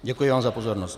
Děkuji vám za pozornost.